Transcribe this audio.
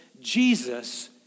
Jesus